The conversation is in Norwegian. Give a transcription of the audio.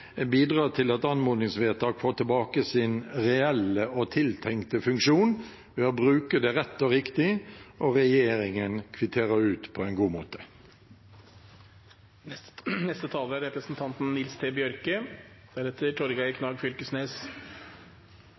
bidra til at anmodningsvedtak får tilbake sin reelle og tiltenkte funksjon, ved å bruke dem rett og riktig, og regjeringen må kvittere dem ut på en god måte.